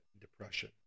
depression